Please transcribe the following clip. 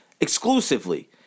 Exclusively